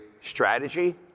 strategy